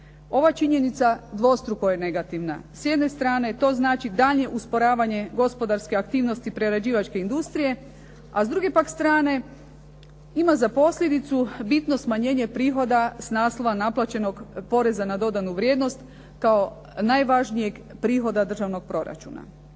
Ova činjenica dvostruko je negativna. S jedne strane to znači daljnje usporavanje gospodarske aktivnosti prerađivačke industrije, a s druge pak strane ima za posljedicu bitno smanjenje prihoda s naslova naplaćenog poreza na dodanu vrijednost kao najvažnijeg prihoda državnog proračuna.